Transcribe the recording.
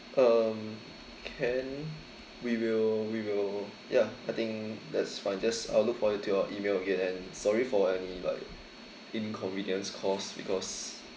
um can we will we will ya I think that's fine just I will look forward to your email again and sorry for any like inconvenience caused because